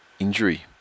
injury